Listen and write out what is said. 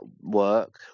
work